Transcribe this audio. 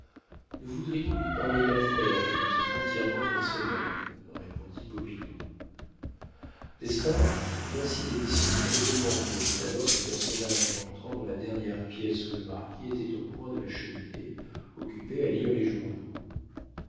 nous voudrions lui parler d'affaires qui lui sont entièrement personnelles répondit popinot d'espard voici des messieurs qui te demandent dit alors ce personnage en entrant dans la dernière pièce où le marquis était au coin de la cheminée occupé à lire les journaux